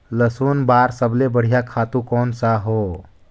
लसुन बार सबले बढ़िया खातु कोन सा हो?